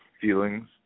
feelings